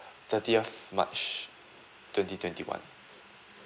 thirtieth march twenty twenty one